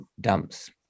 dumps